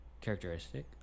characteristic